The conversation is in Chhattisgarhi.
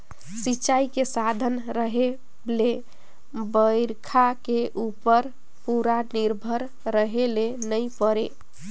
सिंचई के साधन रहें ले बइरखा के उप्पर पूरा निरभर रहे ले नई परे